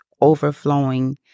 overflowing